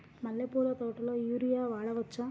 మల్లె పూల తోటలో యూరియా వాడవచ్చా?